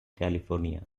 california